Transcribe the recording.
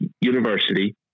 university